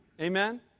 Amen